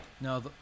No